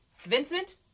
Vincent